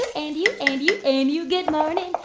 and you and you and you. good morning.